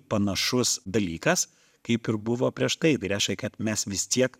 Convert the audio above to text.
panašus dalykas kaip ir buvo prieš tai tai reiškia kad mes vis tiek